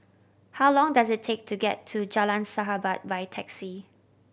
how long does it take to get to Jalan Sahabat by taxi